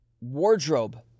Wardrobe